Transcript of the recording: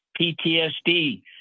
PTSD